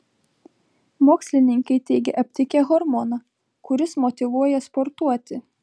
mokslininkai teigia aptikę hormoną kuris motyvuoja sportuoti